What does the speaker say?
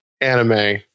anime